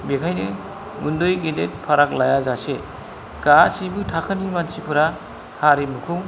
बेखायनो उन्दै गेदेद फाराग लायाजासे गासैबो थाखोनि मानसिफोरा हारिमुखौ